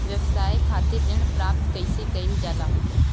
व्यवसाय खातिर ऋण प्राप्त कइसे कइल जाला?